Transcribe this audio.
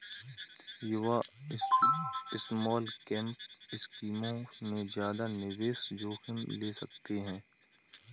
युवा स्मॉलकैप स्कीमों में ज्यादा निवेश जोखिम ले सकते हैं